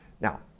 Now